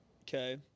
okay